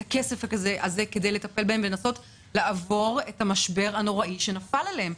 הכסף הזה כדי לטפל בהן ולנסות לעבור את המשבר הנוראי שנפל עליהן.